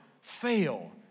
fail